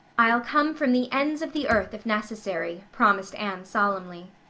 i'll come from the ends of the earth if necessary, promised anne solemnly.